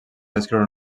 descriure